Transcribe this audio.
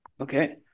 Okay